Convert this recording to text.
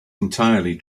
entirely